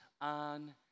on